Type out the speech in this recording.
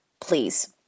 please